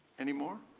any more?